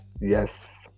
Yes